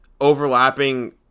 overlapping